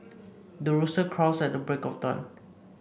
the rooster crows at the break of dawn